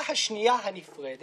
אני חושב שיש פה בעיה של הבנה.